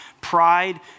pride